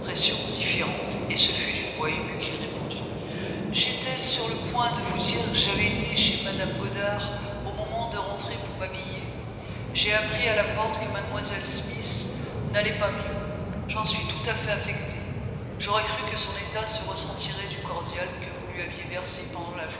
différente et ce fut d'une voix émue qu'il répondit j'étais sur le point de vous dire que j'avais été chez mme goddard au moment de rentrer pour m'habiller j'ai appris à la porte que mlle smith n'allait pas mieux j'en suis tout à fait affecté j'aurais cru que son état se ressentirait du cordial que vous lui aviez versé pendant la